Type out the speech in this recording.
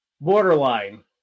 Borderline